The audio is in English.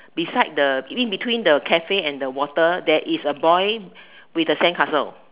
beside the in between the Cafe and the water there is a boy with the sandcastle